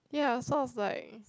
ya sort of like